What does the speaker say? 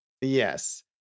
Yes